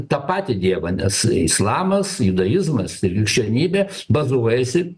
tą patį dievą nes islamas judaizmas ir krikščionybė bazuojasi